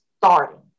starting